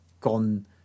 gone